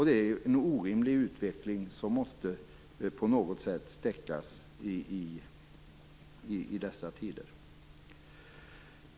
Det är en orimlig utveckling i dessa tider som på något sätt måste stäckas.